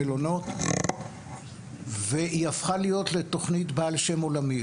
המלון בעיר והיא הפכה להיות לתוכנית בעלת שם עולמי,